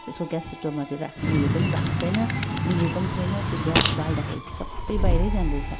त्यसको ग्यास स्टोभमा त्यो राख्ने पनि भएको छैन मिलेको पनि छैन त्यो ग्यास बाल्दाखेरि त्यो सबै बाहिरै जाँदैछ